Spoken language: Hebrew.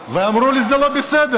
ואמרו לי: זה לא בסדר.